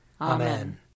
Amen